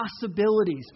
possibilities